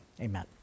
Amen